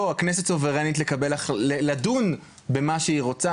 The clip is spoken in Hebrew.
בוא, הכנסת סוברנית לדון במה שהיא רוצה.